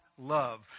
love